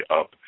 up